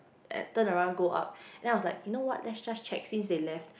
and turn around go up then I was like you know what let's just check since they left